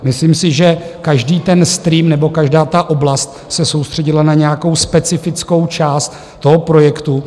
Myslím si, že každý ten stream nebo každá ta oblast se soustředila na nějakou specifickou část toho projektu.